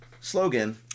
slogan